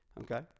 Okay